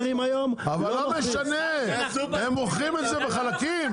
אבל לא משנה, הם מוכרים את זה בחלקים.